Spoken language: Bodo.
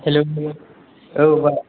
हेलौ हेलौ औ मा